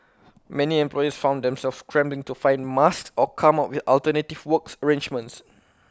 many employers found themselves scrambling to find masks or come up with alternative works arrangements